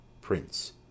prince